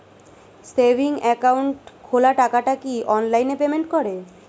Savings account খোলা টাকাটা কি অনলাইনে পেমেন্ট করে?